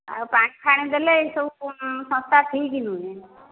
ଆଉ ପାଣି ଫାଣି ଦେଲେ ଏସବୁ ସଂସ୍ଥା ଠିକ୍ ନୁହେଁ